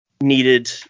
needed